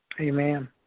Amen